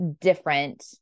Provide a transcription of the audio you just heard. different